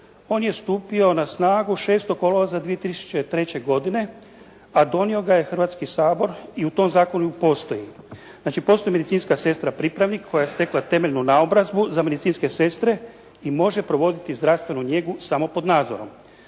on je stupio na snagu 6. kolovoza 2003. godine a donio ga je Hrvatski sabor i u tom zakonu postoji. Znači postoji medicinska sestra pripravnik koja je stekla temeljnu naobrazbu za medicinske sestre i može provoditi zdravstvenu njegu samo pod nadzorom.